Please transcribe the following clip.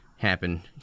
Happen